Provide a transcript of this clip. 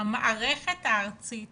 המערכת הארצית